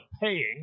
paying